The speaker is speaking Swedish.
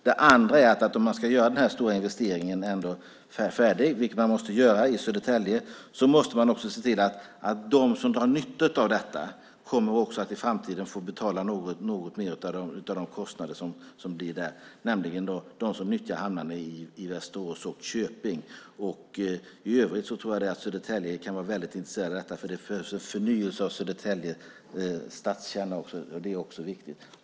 Dessutom måste man - om den stora investeringen i Södertälje ska färdigställas, vilket måste göras - se till att också de som drar nytta av detta i framtiden kommer att få ta något mer av de kostnader som blir. Det gäller då dem som nyttjar hamnarna i Västerås och Köping. I övrigt tror jag att man i Södertälje kan vara väldigt intresserad av detta eftersom det blir en förnyelse av Södertäljes stadskärna, vilket också är viktigt.